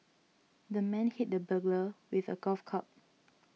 the man hit the burglar with a golf club